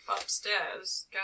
upstairs